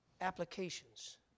applications